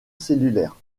cellulaire